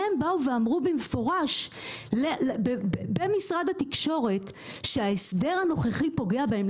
והם באו ואמרו במפורש במשרד התקשורת שההסדר הנוכחי פוגע בהם.